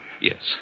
Yes